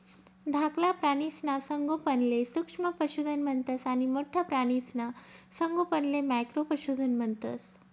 धाकला प्राणीसना संगोपनले सूक्ष्म पशुधन म्हणतंस आणि मोठ्ठा प्राणीसना संगोपनले मॅक्रो पशुधन म्हणतंस